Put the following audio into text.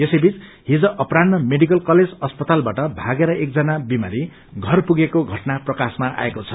यसैबीच हिज अपह्ररान्ह मेडिकलेज अस्पतालबाट भागेर एकजना विमारी घर पुगेको घटना प्रकाशमा आएको छ